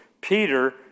Peter